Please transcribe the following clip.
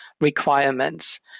requirements